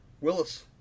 Willis